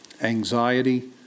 anxiety